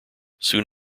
soon